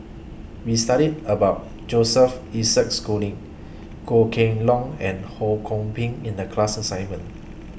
We studied about Joseph Isaac Schooling Goh Kheng Long and Ho Kwon Ping in The class assignment